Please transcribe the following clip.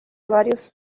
varios